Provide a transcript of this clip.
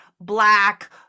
Black